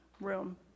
room